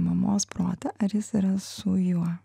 mamos protą ar jis yra su juo